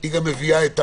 היא גם מביאה את